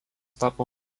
tapo